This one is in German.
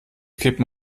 kippen